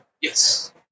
Yes